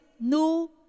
new